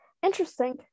Interesting